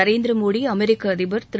நரேந்திர மோடி அமெரிக்க அதிபர் திரு